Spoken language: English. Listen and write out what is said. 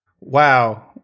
wow